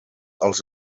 els